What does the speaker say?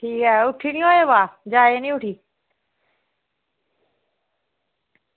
बा उठी निं होयो जायो निं उठी